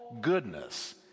goodness